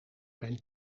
mijn